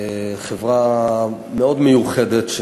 חברה מאוד מיוחדת.